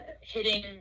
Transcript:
hitting